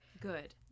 Good